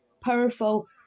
powerful